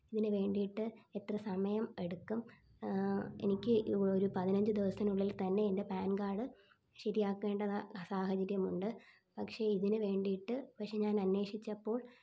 ഇതിന് വേണ്ടീട്ട് എത്ര സമയം എടുക്കും എനിക്ക് ഒരു പതിനഞ്ച് ദിവസത്തിനുള്ളിൽ തന്നെ എൻ്റെ പാൻ കാഡ് ശരിയാക്കേണ്ട സാഹചര്യമുണ്ട് പക്ഷേ ഇതിന് വേണ്ടീട്ട് പക്ഷേ ഞാനന്വേഷിച്ചപ്പോൾ